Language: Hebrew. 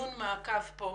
דיון מעקב כאן.